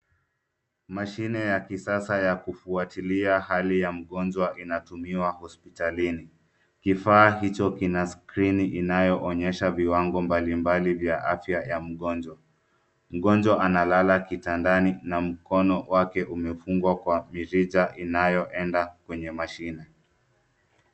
Mashine ya kisasa ya kufuatilia hali ya mgonjwa inatumiwa hospitalini. Kifaa hicho kina skrini inayoonyesha viwango mbalimbali vya afya ya mgonjwa. Mgonjwa analala kitandani na mkono wake umefungwa kwa mirija inayoenda kwenye mashine.